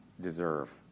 deserve